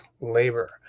labor